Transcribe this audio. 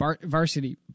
varsity